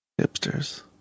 hipsters